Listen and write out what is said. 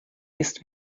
ist